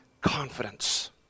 confidence